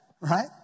right